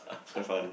it's quite funny